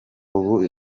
ubu